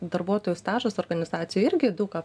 darbuotojo stažas organizacijoj irgi daug ką